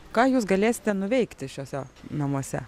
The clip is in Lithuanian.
ką jūs galėsite nuveikti šiuose namuose